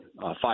five